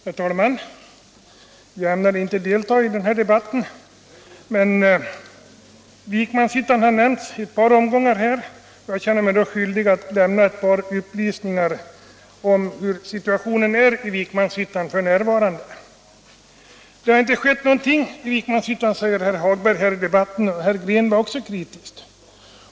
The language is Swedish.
Herr talman! Jag ämnade inte delta i den här debatten, men Vikmanshyttan har nämnts i ett par omgångar, och jag känner mig då skyldig att lämna ett par upplysningar om hur situationen är i Vikmanshyttan En: Det har inte skett någonting i Vikmanshyttan, säger herr Hagberg i Borlänge, och även herr Green var kritisk.